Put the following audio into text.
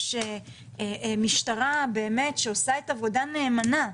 יש משטרה שעושה עבודה נאמנה,